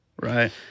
right